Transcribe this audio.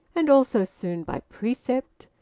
and also, soon, by precept,